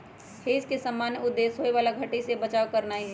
hedge के सामान्य उद्देश्य होयबला घट्टी से बचाव करनाइ हइ